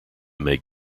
make